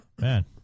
Man